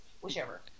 whichever